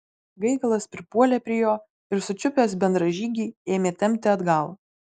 gaigalas pripuolė prie jo ir sučiupęs bendražygį ėmė tempti atgal